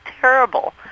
terrible